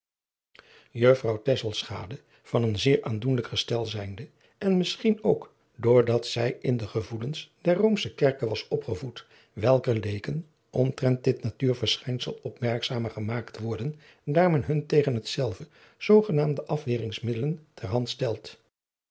tesselschade van een zeer aandoenlijk gestel zijnde en misschien ook door dat zij in de gevoelens der roomsche kerke was opgevoed welker leeken omtrent dit natuurverschijnsel opmerkzamer gemaakt worden daar men hun tegen hetzelve zoogenaamde afweringsmiddelen ter hand stelt